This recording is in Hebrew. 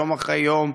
יום אחרי יום,